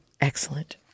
Excellent